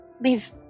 Leave